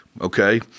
Okay